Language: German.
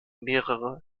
mehrere